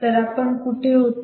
तर आपण कुठे होतो